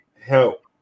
help